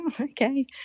okay